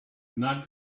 not